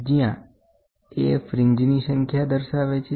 જ્યાં એ ફ્રીન્જની સંખ્યા છે